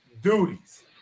duties